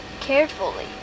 carefully